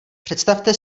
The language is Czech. představte